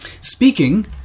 Speaking